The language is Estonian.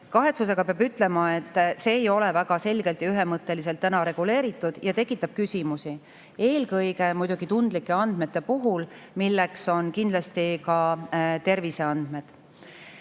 Kahetsusega peab ütlema, et see ei ole praegu väga selgelt ja ühemõtteliselt reguleeritud ja see tekitab küsimusi, eelkõige muidugi tundlike andmete puhul, milleks on kindlasti ka terviseandmed.